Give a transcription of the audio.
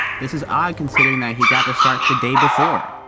this is odd considering that he got the start the day before.